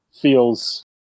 feels